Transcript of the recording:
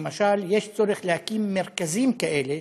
למשל, יש צורך להקים מרכזים כאלה,